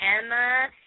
Emma